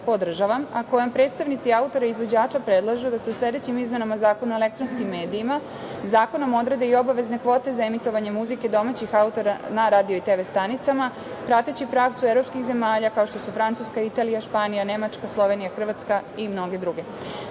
a kojom predstavnici autora i izvođača predlažu da se u sledećim izmenama Zakona o elektronskim medijima zakonom odrede i obavezne kvote za emitovanje muzike domaćih autora na radio i tv stanicama prateći praksu evropskih zemalja, kao što su Francuska, Italija, Španija, Nemačka, Slovenija, Hrvatska i mnoge druge. Želim